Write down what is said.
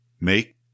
Make